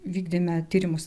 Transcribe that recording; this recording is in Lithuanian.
vykdėme tyrimus